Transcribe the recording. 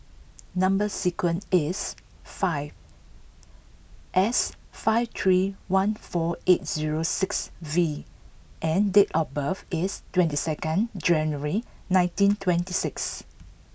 number sequence is five S five three one four eight zero six V and date of birth is twenty second January nineteen twenty six